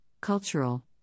cultural